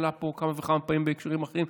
שעלה פה כמה וכמה פעמים בהקשרים אחרים,